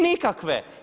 Nikakve.